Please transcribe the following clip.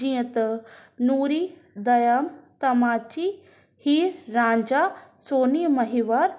जीअं त नूरी जाम तमाची हीर रांझा सुहिणी मेंहार